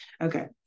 okay